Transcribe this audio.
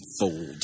fold